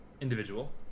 individual